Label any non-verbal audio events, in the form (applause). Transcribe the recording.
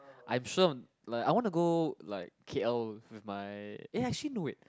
I'm sure (noise) like I want to like K_L with my actually no wait